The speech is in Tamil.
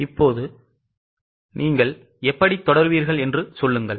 இப்போது நீங்கள் எப்படி தொடருவீர்கள் என்று சொல்லுங்கள்